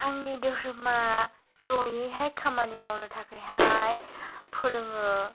आंनि धोरोमा जयैहाय खामानि मावनो थाखायहाय फोरोङो